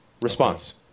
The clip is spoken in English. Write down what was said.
Response